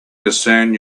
discern